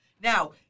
Now